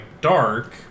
dark